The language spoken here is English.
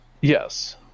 Yes